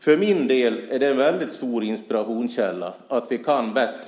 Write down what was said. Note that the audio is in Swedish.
För mig är det en väldigt stor inspirationskälla att vi kan bättre.